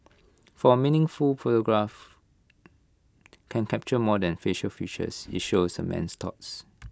for A meaningful photograph can capture more than facial features IT shows A man's thoughts